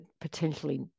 potentially